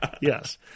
yes